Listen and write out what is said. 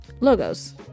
logos